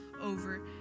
over